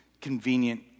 convenient